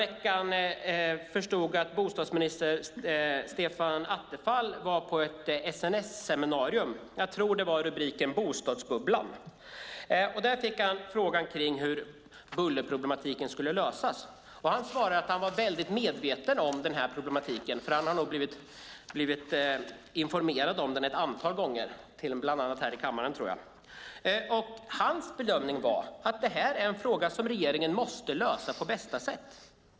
Jag förstod att bostadsminister Stefan Attefall förra veckan var på ett SNS-seminarium - jag tror att rubriken handlade om bostadsbubblan. Där fick han frågan hur bullerproblematiken skulle lösas. Han svarade att han var väldigt medveten om den här problematiken - han har nog blivit informerad om den ett antal gånger, bland annat här i kammaren, tror jag. Hans bedömning var att det här är en fråga som regeringen måste lösa på bästa sätt.